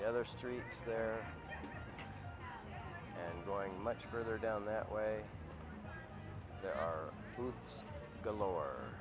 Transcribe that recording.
the other street there and boy much further down that way there are the lower